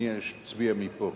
אני אצביע מפה.